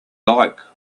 like